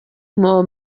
more